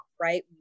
right